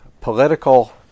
political